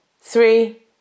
Three